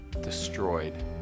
destroyed